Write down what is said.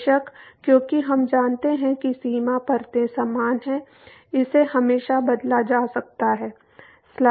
बेशक क्योंकि हम जानते हैं कि सीमा परतें समान हैं इसे हमेशा बदला जा सकता है